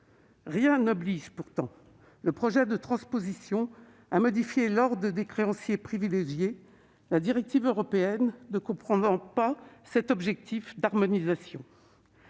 Rien n'oblige pourtant le projet de transposition à modifier l'ordre des créanciers privilégiés, la directive européenne ne comprenant pas d'objectif d'harmonisation